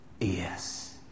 Yes